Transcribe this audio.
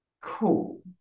cool